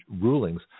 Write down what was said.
rulings